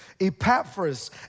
Epaphras